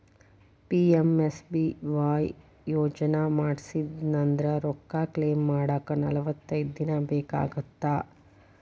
PMSBY ಯೋಜನಾ ಮಾಡ್ಸಿನಂದ್ರ ರೊಕ್ಕ ಕ್ಲೇಮ್ ಮಾಡಾಕ ನಲವತ್ತೈದ್ ದಿನ ಬೇಕಾಗತ್ತಾ